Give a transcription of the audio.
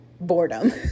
boredom